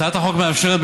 הצעת החוק מאפשרת,